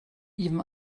even